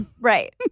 Right